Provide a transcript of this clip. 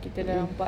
mm